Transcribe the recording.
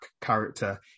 character